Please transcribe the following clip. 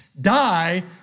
die